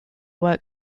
work